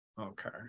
Okay